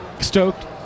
stoked